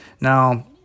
now